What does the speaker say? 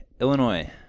Illinois